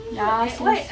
ya sis